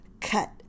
cut